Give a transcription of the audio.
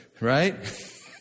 right